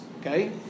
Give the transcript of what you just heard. okay